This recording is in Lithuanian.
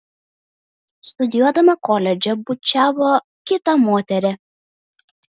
studijuodama koledže bučiavo kitą moterį